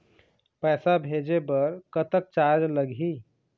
पैसा भेजे बर कतक चार्ज लगही?